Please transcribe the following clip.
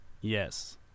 Yes